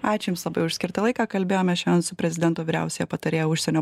ačiū jums labai už skirtą laiką kalbėjome šiandien su prezidento vyriausiąja patarėja užsienio